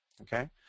Okay